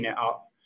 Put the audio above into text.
up